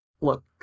look